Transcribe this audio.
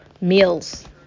meals